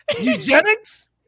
Eugenics